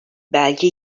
belge